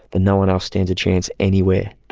then no one else stands a chance anywhere.